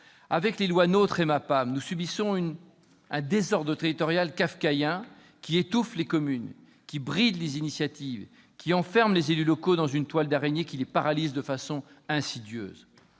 Avec les lois NOTRe et MAPTAM, nous subissons un désordre territorial kafkaïen qui étouffe les communes, bride les initiatives et enferme les élus locaux dans une toile d'araignée qui les paralyse de façon insidieuse.